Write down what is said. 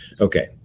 Okay